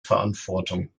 verantwortung